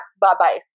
bye-bye